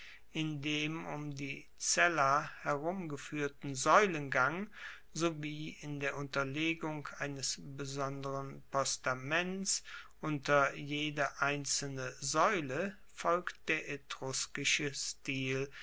in dem um die cella herumgefuehrten saeulengang sowie in der unterlegung eines besonderen postaments unter jede einzelne saeule folgt der